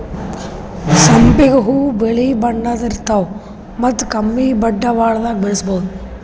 ಸಂಪಿಗ್ ಹೂವಾ ಬಿಳಿ ಬಣ್ಣದ್ ಇರ್ತವ್ ಮತ್ತ್ ಕಮ್ಮಿ ಬಂಡವಾಳ್ದಾಗ್ ಬೆಳಸಬಹುದ್